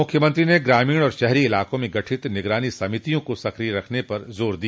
मुख्यमंत्री ने ग्रामीण आर शहरी इलाकों में गठित निगरानी समितियों को सक्रिय रखने पर जार दिया